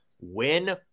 win